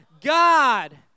God